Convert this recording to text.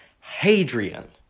hadrian